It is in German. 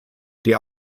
der